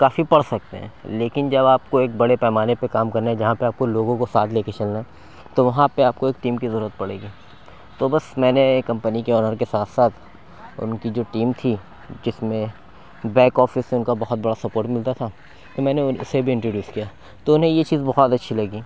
کافی پڑ سکتے ہیں لیکن جب آپ کو ایک بڑے پیمانے پہ کام کرنے ہیں جہاں پہ آپ کو لوگوں کو ساتھ لے کے چلنا ہے تو وہاں پہ آپ کو ایک ٹیم کی ضرورت پڑے گی تو بس میں نے ایک کمپنی کے آنر کے ساتھ ساتھ ان کی جو ٹیم تھی جس میں بیک آفس سے ان کا بہت بڑا سپورٹ ملتا تھا تو میں نے اسے بھی انٹروڈیوس کیا تو انہیں یہ چیز بہت اچھی لگی